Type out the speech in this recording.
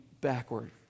backward